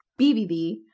bbb